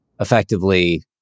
effectively